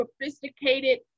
sophisticated